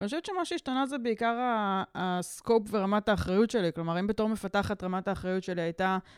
אני חושבת שמה שהשתנה זה בעיקר הסקופ ורמת האחריות שלי. כלומר, אם בתור מפתחת רמת האחריות שלי הייתה...